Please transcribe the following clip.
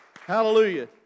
Hallelujah